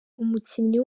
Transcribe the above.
umukinnyi